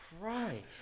Christ